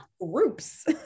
groups